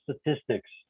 statistics